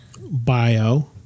bio